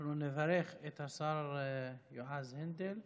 אנחנו נברך את השר יועז הנדל.